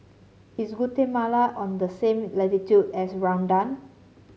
is Guatemala on the same latitude as Rwanda